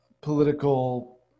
political